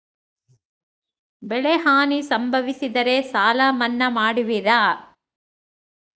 ಬೆಳೆಹಾನಿ ಸಂಭವಿಸಿದರೆ ಸಾಲ ಮನ್ನಾ ಮಾಡುವಿರ?